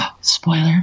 Spoiler